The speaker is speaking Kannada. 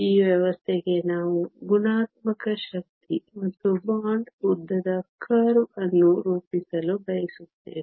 ಈ ವ್ಯವಸ್ಥೆಗೆ ನಾವು ಗುಣಾತ್ಮಕ ಶಕ್ತಿ ಮತ್ತು ಬಾಂಡ್ ಉದ್ದದ ಕರ್ವ್ ಅನ್ನು ರೂಪಿಸಲು ಬಯಸುತ್ತೇವೆ